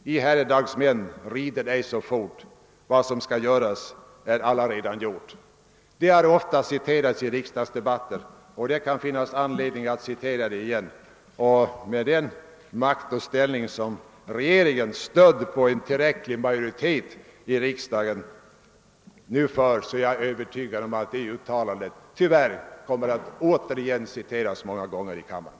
»Vad göras skall är allaredan gjort I herredagsmän reser icke så fort!« Dessa ord har ofta citerats i riksdagsdebatterna, och det kan finnas anledning att upprepa dem igen. Med den maktställning regeringen, stödd på en tillräcklig majoritet i riksdagen, nu har är jag övertygad om att dessa ord flera gånger kommer att citeras i denna kammare.